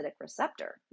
receptor